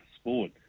sport